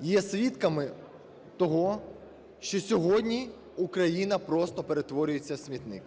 є свідками того, що сьогодні Україна просто перетворюється в смітник.